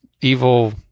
evil